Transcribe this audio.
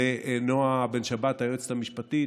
ולנועה בן שבת, היועצת המשפטית.